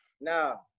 now